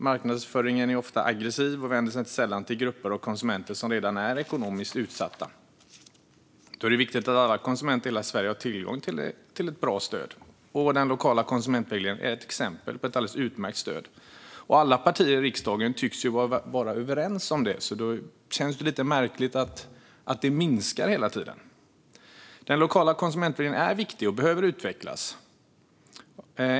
Marknadsföringen är ofta aggressiv och vänder sig inte sällan till grupper och konsumenter som redan är ekonomiskt utsatta. Då är det viktigt att alla konsumenter i hela Sverige har tillgång till ett bra stöd, och den lokala konsumentvägledningen är ett exempel på ett alldeles utmärkt stöd. Alla partier i riksdagen tycks vara överens om det. Då känns det lite märkligt att detta minskar hela tiden. Den lokala konsumentvägledningen är viktig och behöver utvecklas.